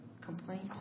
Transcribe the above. complaint